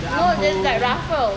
no that's like ruffle